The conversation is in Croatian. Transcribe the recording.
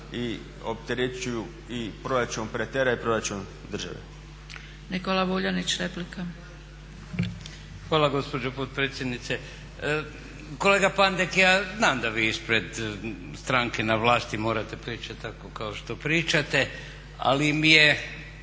Nikola Vuljanić, replika. **Vuljanić, Nikola (Nezavisni)** Hvala gospođo potpredsjednice. Kolega Pandek ja znam da vi ispred stranke na vlasti morate pričati tako kao što pričate, ali mi je